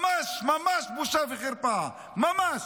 ממש ממש בושה וחרפה, ממש,